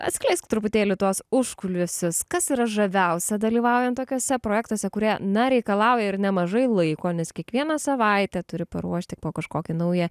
atskleisk truputėlį tuos užkulisius kas yra žaviausia dalyvaujant tokiuose projektuose kurie na reikalauja ir nemažai laiko nes kiekvieną savaitę turi paruošti po kažkokį naują